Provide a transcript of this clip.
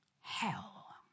hell